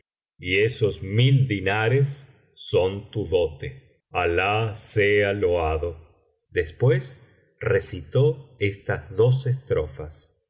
y esos mil diñares son tu dote alah sea loado después recitó estas dos estrofas